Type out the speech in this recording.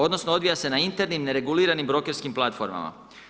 Odnosno odvija se na internim, nereguliranim brokerskim platformama.